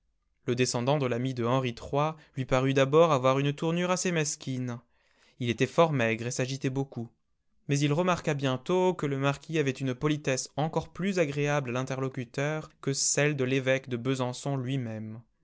le descendant de l'ami de henri iii lui parut d'abord avoir une tournure assez mesquine il était fort maigre et s'agitait beaucoup mais il remarqua bientôt que le marquis avait une politesse encore plus agréable à l'interlocuteur que celle de l'évêque de besançon lui-même